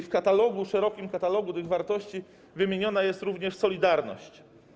W szerokim katalogu tych wartości wymieniona jest również solidarność.